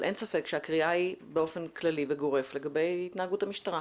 אבל אין ספק שהקריאה היא באופן כללי וגורף לגבי התנהגות המשטרה.